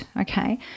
okay